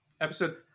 Episode